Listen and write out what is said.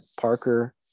Parker